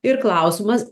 ir klausimas